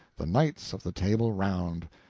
the knights of the table round,